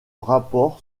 rapport